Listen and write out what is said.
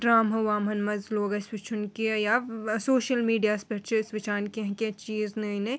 ڈرٛامہٕ ہاو وامہٕ ہان مَنٛز لوٗگ اسہِ وُچھُن کیٚنٛہہ یا ٲں سوشَل میٖڈیا ہَس پٮ۪ٹھ چھِ أسۍ وُچھان کیٚنٛہہ کیٚنٛہہ چیٖز نٔے نٔے